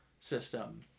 system